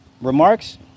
remarks